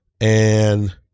And-